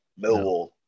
Millwall